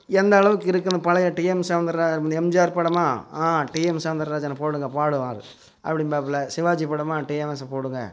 எந்த அளவுக்கு இருக்கும் இந்த பழைய டிஎம் சௌந்தரா எம்ஜிஆர் படமா ஆ டிஎம் சௌந்தராஜன போடுங்க பாடுவார் அப்படின்பாப்புல சிவாஜி படமா டிஎம்எஸ்ஸை போடுங்க